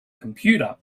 computer